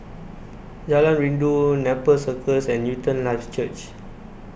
Jalan Rindu Nepal Circus and Newton Life Church